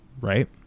right